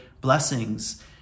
blessings